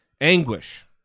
anguish